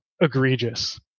egregious